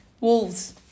Wolves